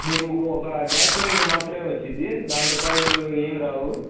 మీకు ఒక ఒక గ్యాస్ సిలిండర్ మాత్రమే వస్తుంది దాంతో పాటు ఏవీ రావు